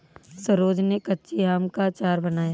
सरोज ने कच्चे आम का अचार बनाया